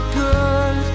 good